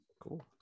cool